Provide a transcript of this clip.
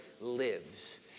Lives